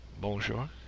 Bonjour